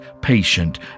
patient